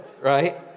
right